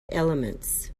elements